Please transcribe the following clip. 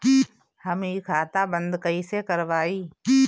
हम इ खाता बंद कइसे करवाई?